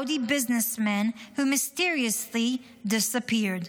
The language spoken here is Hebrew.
businessman who mysteriously disappeared,